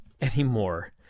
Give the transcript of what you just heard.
anymore